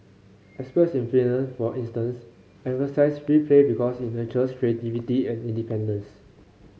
experts in Finland for instance emphasise free play because it nurtures creativity and independence